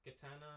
katana